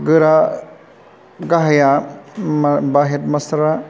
गोरा गाहाइआ मा बा हेडमास्टार आ